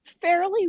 fairly